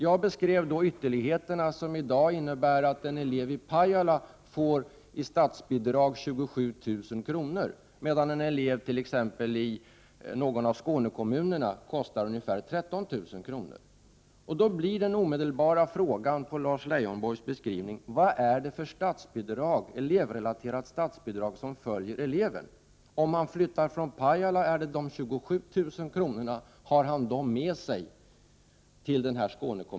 Jag beskrev i debatten ytterligheterna som innebär att en elev i Pajala i dag får 27 000 kr. i statsbidrag medan t.ex. en elev i någon av kommunerna i Skåne får ungefär 13 000 kr. Den omedelbara frågan i anslutning till Lars Leijonborgs beskrivning är då vilket elevrelaterat statsbidrag som följer eleven. Är det de 27 000 kr. som eleven har med sig när han flyttar från Pajala till kommunen i Skåne eller de 13 000 kr.